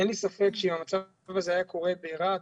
אין לי ספק שאם המצב הזה היה קורה ברהט,